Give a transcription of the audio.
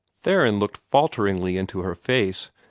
theron looked falteringly into her face,